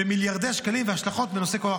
כי האחריות למתן שעות סיעוד בבית במקום גמלת